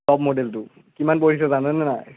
top মডেলটো কিমান পৰিছে জানে নে নাই